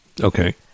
Okay